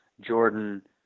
Jordan